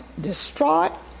distraught